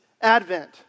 Advent